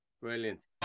Brilliant